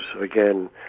again